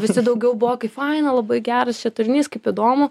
visi daugiau buvo kaip faina labai geras čia turinys kaip įdomu